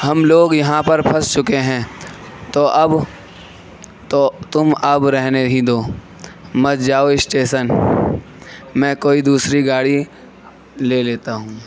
ہم لوگ یہاں پر پھنس چکے ہیں تو اب تو تم اب رہنے ہی دو مت جاؤ اسٹیشن میں کوئی دوسری گاڑی لے لیتا ہوں